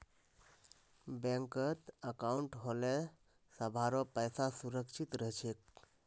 बैंकत अंकाउट होले सभारो पैसा सुरक्षित रह छेक